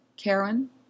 Karen